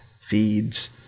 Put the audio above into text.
feeds